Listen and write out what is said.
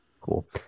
cool